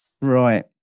right